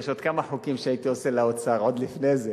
יש עוד כמה חוקים שהייתי עושה לאוצר עוד לפני זה.